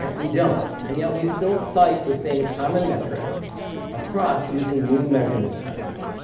and we don't, and yet we still cite the same common metric across using new measurement type.